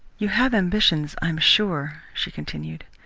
you have ambitions, i am sure, she continued.